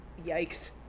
Yikes